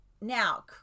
now